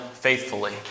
faithfully